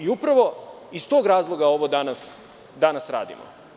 Upravo iz tog razloga ovo danas radimo.